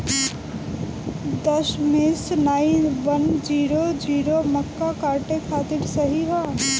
दशमेश nine one zero zero मक्का काटे खातिर सही ह?